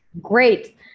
great